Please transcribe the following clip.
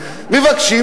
מבקשים,